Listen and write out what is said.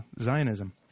Zionism